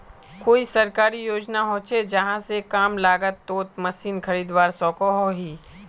कोई सरकारी योजना होचे जहा से कम लागत तोत मशीन खरीदवार सकोहो ही?